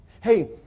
Hey